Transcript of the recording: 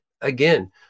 again